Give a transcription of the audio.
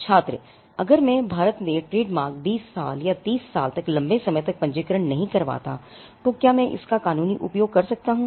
छात्र अगर मैं भारत में ट्रेडमार्क 20 साल या 30 साल तक लंबे समय तक पंजीकरण नहीं करवाता तो क्या मैं इसका कानूनी उपयोग कर सकता हूं